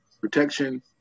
protection